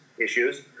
Issues